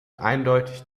eindeutig